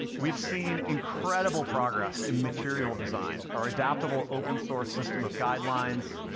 we've seen incredible progress in material design, our adaptable open-source system of guidelines,